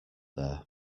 there